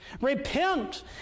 repent